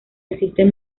existen